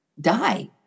die